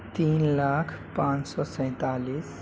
تین لاکھ پانچ سو سینتالیس